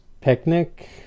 picnic